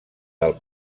del